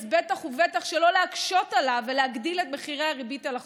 אז בטח ובטח שלא להקשות עליו ולהגדיל את מחירי הריבית על החוב.